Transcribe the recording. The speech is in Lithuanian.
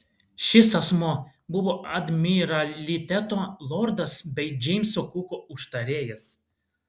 šis asmuo buvo admiraliteto lordas bei džeimso kuko užtarėjas